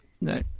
No